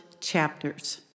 chapters